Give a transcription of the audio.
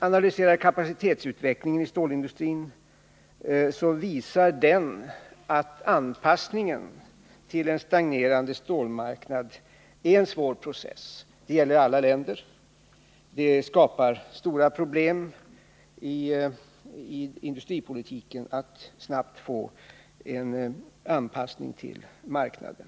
En analys av kapacitetsutvecklingen inom stålindustrin visar att anpassningen till en stagnerande stålmarknad är en svår process. Detta är något som gäller för alla industriländer, som har stora problem när det gäller att snabbt få en anpassning till marknaden.